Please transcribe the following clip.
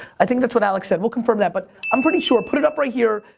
i think that's what alex said, we'll confirm that, but i'm pretty sure, put it up right here,